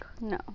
No